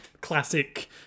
classic